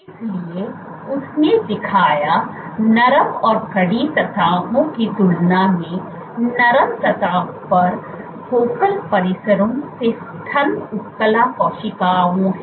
इसलिए उसने दिखाया नरम और कड़ी सतहों की तुलना में नरम सतहों पर फोकल परिसरों से स्तन उपकला कोशिकाओं है